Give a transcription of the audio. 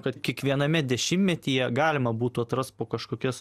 kad kiekviename dešimtmetyje galima būtų atrast po kažkokias